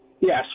Yes